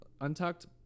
Untucked